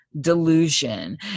delusion